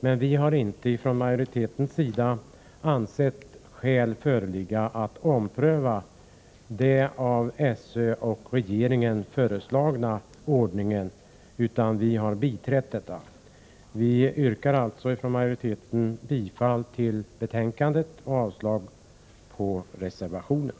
Utskottsmajoriteten har emellertid inte ansett skäl föreligga att ompröva den av SÖ och regeringen föreslagna ordningen. Herr talman! Jag yrkar bifall till utskottets hemställan och avslag på reservationen.